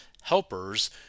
helpers